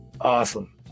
awesome